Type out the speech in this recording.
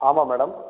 ஆமாம் மேடம்